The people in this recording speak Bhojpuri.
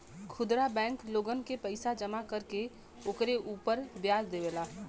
खुदरा बैंक लोगन के पईसा जमा कर के ओकरे उपर व्याज देवेला